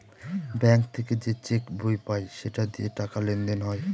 bank থেকে যে cheque বই পায় সেটা দিয়ে টাকা লেনদেন হয়